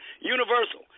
Universal